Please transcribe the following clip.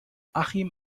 achim